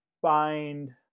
find